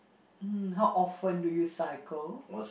mm how often do you cycle